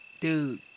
Dude